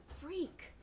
freak